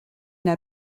n’a